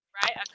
right